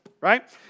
right